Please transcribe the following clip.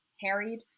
harried